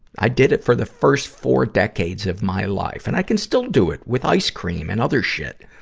i did it for the first four decades of my life. and i can still do it with ice cream and other shit.